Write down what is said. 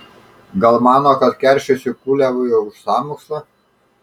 gal mano kad keršysiu kuliavui už sąmokslą